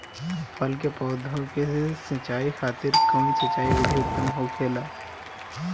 फल के पौधो के सिंचाई खातिर कउन सिंचाई विधि उत्तम होखेला?